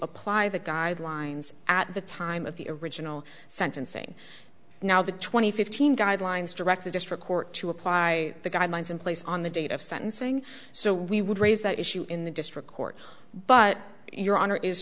apply the guidelines at the time of the original sentencing now the twenty fifteen guidelines direct the district court to apply the guidelines in place on the date of sentencing so we would raise that issue in the district court but your honor is